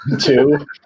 two